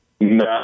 No